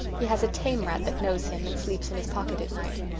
he has a tame rat that knows him and sleeps in his pocket at night.